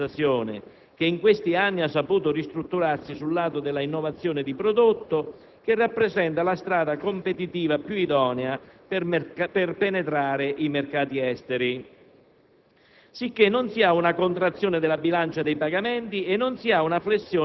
stante la *performance* del sistema produttivo più esposto all'internazionalizzazione che in questi anni ha saputo ristrutturarsi sul lato dell'innovazione di prodotto, che rappresenta la strada competitiva più idonea per penetrare i mercati esteri.